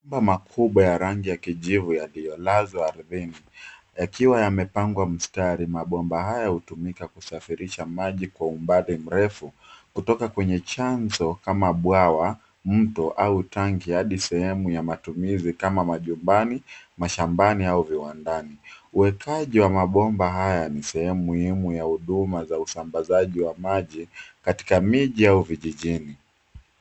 Mabomba makubwa ya rangi ya kijivu yaliyolazwa ardhini, yakiwa yamepangwa mstari. Mabomba haya hutumika kusafirisha maji kwa umbali mrefu, kutoka kwenye chanzo kama bwawa, mto, au tangi, hadi sehemu ya matumizi kama majumbani, mashambani, au viwandani. Uwekaji wa mabomba haya ni sehemu muhimu ya huduma za usambazaji wa maji, katika miji au vijijini.